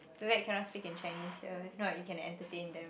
too bad you cannot speak in Chinese here if not you can entertain them